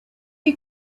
you